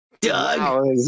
Doug